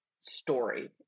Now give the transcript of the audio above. story